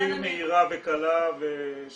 בלי "מהירה וקלה", וכל מיני סיסמאות.